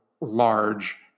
large